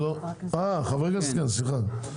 חבר הכנסת אילוז, בבקשה.